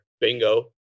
bingo